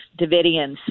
Davidians